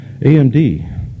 AMD